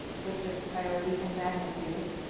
which is priority and magnitude.